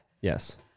Yes